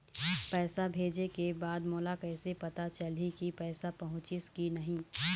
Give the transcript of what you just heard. पैसा भेजे के बाद मोला कैसे पता चलही की पैसा पहुंचिस कि नहीं?